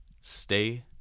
stay